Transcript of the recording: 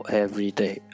everyday